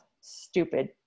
stupid